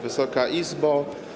Wysoka Izbo!